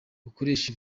bukoresha